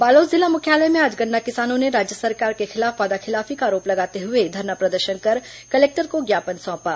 बालोद जिला मुख्यालय में आज गन्ना किसानों ने राज्य सरकार के खिलाफ वादाखिलाफी का आरोप लगाते हुए धरना प्रदर्शन कर कलेक्टर को ज्ञापन सौंपा